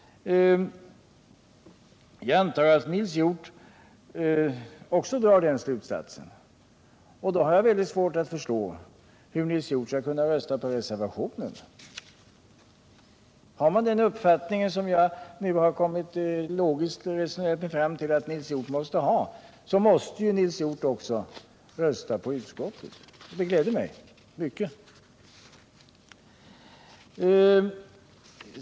Jag antar att Nils Hjorth också drar den slutsatsen. Då har jag svårt att förstå hur Nils Hjorth skall kunna rösta på reservationen. Har Nils Hjorth den uppfattningen som jag nu logiskt har resonerat mig fram till att han måste ha, då måste Nils Hjorth också rösta på utskottets förslag. Det gläder mig mycket.